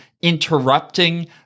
interrupting